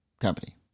company